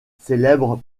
célèbres